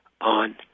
on